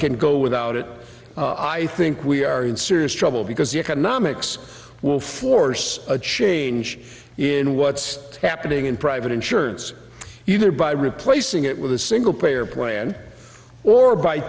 can go without it i think we are in serious trouble because economics will force a change in what's happening in private insurance either by replacing it with a single payer plan or by